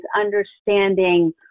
understanding